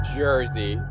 jersey